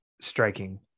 striking